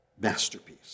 masterpiece